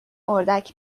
اردک